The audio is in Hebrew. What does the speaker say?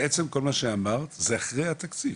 בעצם כל מה שאמרת זה אחרי התקציב,